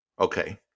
Okay